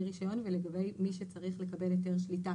רישיון ולגבי מי שצריך לקבל היתר שליטה.